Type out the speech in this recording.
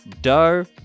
Doe